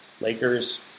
Lakers